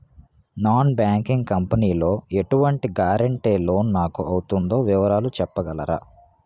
Non banking company లో ఎటువంటి guarantee loan నాకు అవుతుందో వివరాలు చెప్పగలరా?